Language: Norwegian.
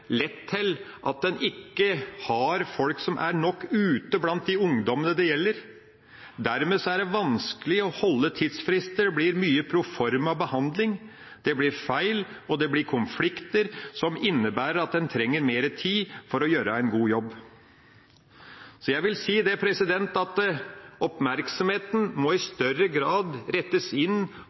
lett til at en ikke har folk som er nok ute blant de ungdommene det gjelder. Dermed er det vanskelig å holde tidsfrister, det blir mye proforma behandling, det blir feil, og det blir konflikter, som innebærer at en trenger mer tid for å gjøre en god jobb. Jeg vil si at oppmerksomheten i større grad må rettes inn